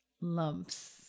Lumps